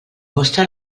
vostra